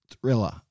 thriller